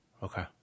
Okay